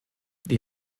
die